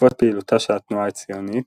בעקבות פעילותה של התנועה הציונית,